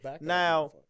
Now